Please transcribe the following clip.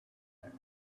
there